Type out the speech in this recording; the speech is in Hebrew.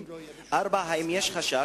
4. האם יש חשש,